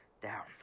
down